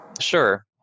Sure